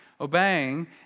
obeying